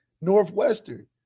Northwestern